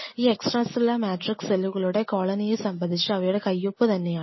ഈ extracellular matrix സെല്ലുകളുടെ കോളനിയെ സംബന്ധിച്ച് അവയുടെ കയ്യൊപ്പ് തന്നെയാണ്